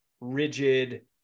rigid